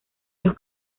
los